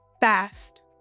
Fast